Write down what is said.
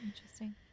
Interesting